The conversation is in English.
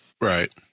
Right